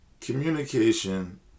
Communication